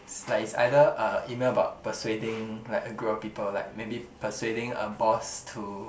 it's like it's either a E-mail about persuading like a grown people like maybe persuading a boss to